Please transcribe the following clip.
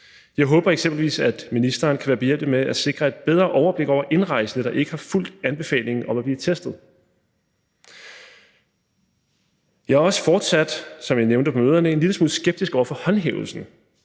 Jeg håber eksempelvis, at ministeren kan være behjælpelig med at sikre et bedre overblik over indrejsende, der ikke har fulgt anbefalingen om at blive testet. Jeg er også fortsat, som jeg nævnte på møderne, en lille smule skeptisk over for håndhævelsen.